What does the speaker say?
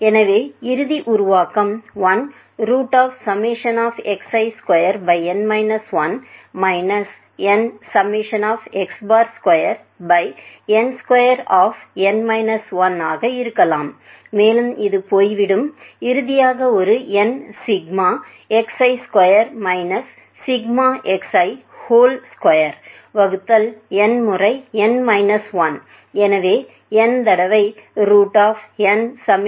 எனவே இறுதி உருவாக்கம் 1 xi2 nx2n2ஆக இருக்கலாம் மேலும் இது போய்விடும் இறுதியாக ஒரு n sigma xi2 minus sigma xi whole square வகுத்தல் n முறை n மைனஸ் 1 எனவே n தடவை nxi2 2n